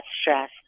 stress